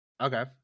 okay